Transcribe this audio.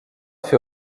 fut